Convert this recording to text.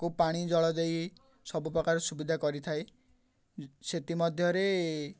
ତା'କୁ ପାଣି ଜଳ ଦେଇ ସବୁ ପ୍ରକାର ସୁବିଧା କରିଥାଏ ସେଥିମଧ୍ୟରେ